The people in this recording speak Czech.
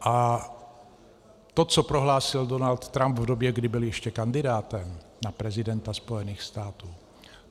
A to, co prohlásil Donald Trump v době, kdy byl ještě kandidátem na prezidenta Spojených států,